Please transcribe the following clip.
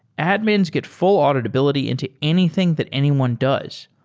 admins get full auditability into anything that anyone does.